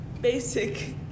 Basic